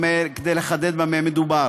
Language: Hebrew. כדי לחדד במה מדובר.